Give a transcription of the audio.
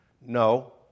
No